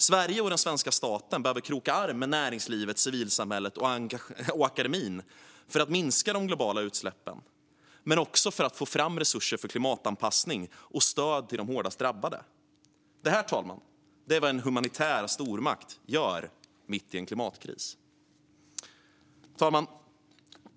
Sverige och den svenska staten behöver kroka arm med näringslivet, civilsamhället och akademin för att minska de globala utsläppen men också för att få fram resurser till klimatanpassning och stöd till de hårdast drabbade. Detta är vad en humanitär stormakt gör mitt i en klimatkris. Fru talman!